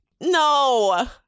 No